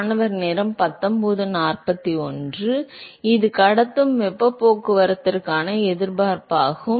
மாணவர் எனவே இது கடத்தும் வெப்பப் போக்குவரத்திற்கான எதிர்ப்பாகும்